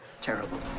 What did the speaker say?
Terrible